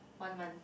one month